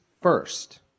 first